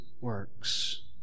works